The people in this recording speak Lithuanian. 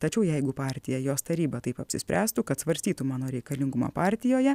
tačiau jeigu partija jos taryba taip apsispręstų kad svarstytų mano reikalingumą partijoje